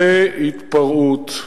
זו התפרעות,